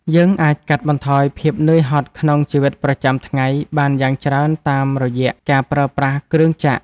យើងអាចកាត់បន្ថយភាពនឿយហត់ក្នុងជីវិតប្រចាំថ្ងៃបានយ៉ាងច្រើនតាមរយៈការប្រើប្រាស់គ្រឿងចក្រ។